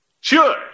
Sure